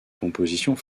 compositions